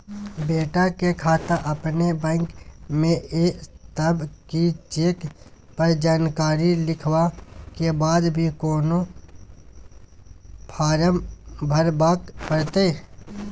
बेटा के खाता अपने बैंक में ये तब की चेक पर जानकारी लिखवा के बाद भी कोनो फारम भरबाक परतै?